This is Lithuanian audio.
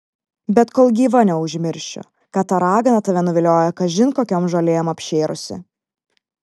bet kol gyva neužmiršiu kad ta ragana tave nuviliojo kažin kokiom žolėm apšėrusi